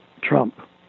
Trump